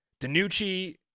DiNucci